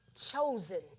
chosen